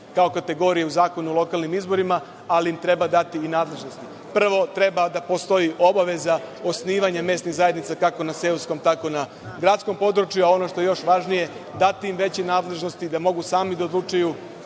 kao kategorije u Zakonu o lokalnim izborima, ali im treba dati i nadležnosti. Prvo, treba da postoji obaveza osnivanja mesnih zajednica, kako na seoskom, tako i na gradskom području, a ono što je još važnije jeste da im treba dati nadležnosti da mogu sami da odlučuju